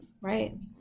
Right